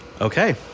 Okay